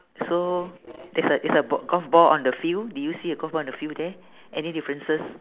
so there's a it's a bal~ golf ball on the field do you see a golf ball on the field there any differences